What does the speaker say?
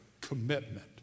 commitment